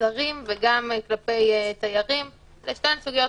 זרים וגם כלפי תיירים אלה שתי סוגיות